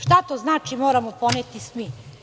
Šta to znači moramo poneti svi?